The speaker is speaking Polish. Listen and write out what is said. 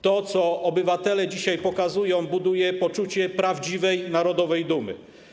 To, co obywatele dzisiaj pokazują, buduje poczucie prawdziwej narodowej dumy.